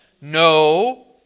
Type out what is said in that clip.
no